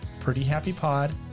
prettyhappypod